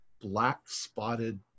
black-spotted